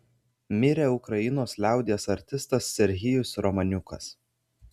mirė ukrainos liaudies artistas serhijus romaniukas